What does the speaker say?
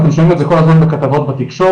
אתם שומעים את זה כל הזמן בכתבות בתקשורת,